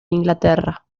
inglaterra